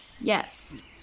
yes